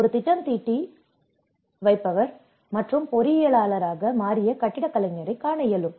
ஒரு திட்டம் தீட்டி பவர் மற்றும் பொறியியலாளராக மாறிய கட்டிடக் கலைஞரை காண இயலும்